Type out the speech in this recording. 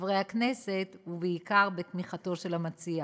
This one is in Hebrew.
חברי הכנסת ובעיקר בתמיכתו של המציע.